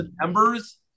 members